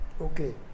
okay